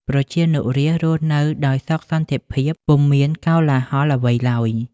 ប្រជានុរាស្រ្តរស់នៅដោយសុខសន្តិភាព ពុំមានកោលាហលអ្វីឡើយ។